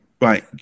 Right